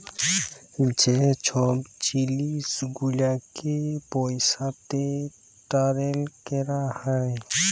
যে ছব জিলিস গুলালকে পইসাতে টারেল ক্যরা হ্যয়